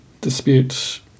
dispute